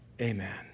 Amen